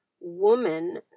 woman